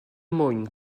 mwy